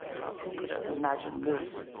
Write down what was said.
but who could have imagined this?